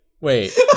Wait